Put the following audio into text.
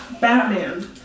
Batman